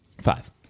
Five